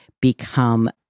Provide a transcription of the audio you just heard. become